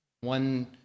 one